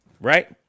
right